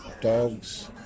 dogs